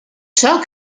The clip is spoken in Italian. ciò